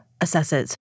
assesses